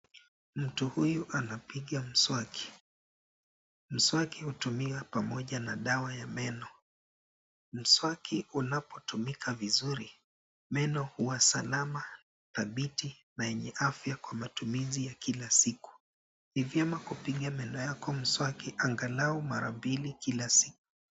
Mtu huyu anapiga mswaki, mswaki hutumika pamoja na dawa ya meno. Mswaki unapotumika vizuri, meno huwa salama dhabiti na yenye afya kwa matumizi ya kila siku. Ni vyema kupiga meno yako mswaki angalau mara mbili kila siku.